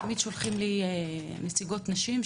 תמיד שולחים לי נציגות נשים,